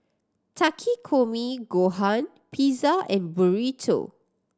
Takikomi Gohan Pizza and Burrito